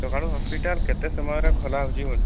ସକାଳୁ ହସ୍ପିଟାଲ କେତେ ସମୟରେ ଖୋଲା ହେଉଛି ବୋଲି